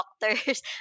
doctors